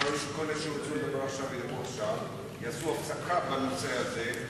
אחרי שכל אלה ידברו עכשיו יעשו הפסקה בנושא הזה,